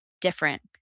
different